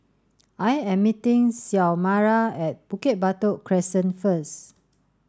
I am meeting Xiomara at Bukit Batok Crescent first